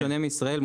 בשונה מישראל,